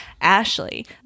Ashley